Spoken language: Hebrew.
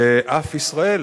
ואף ישראל